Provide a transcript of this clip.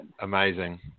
Amazing